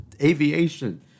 aviation